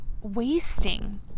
wasting